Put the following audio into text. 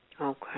Okay